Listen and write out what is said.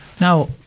Now